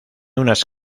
unas